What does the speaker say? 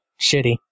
shitty